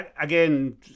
again